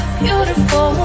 beautiful